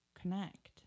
connect